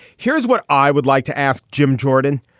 here's what i would like to ask jim jordan.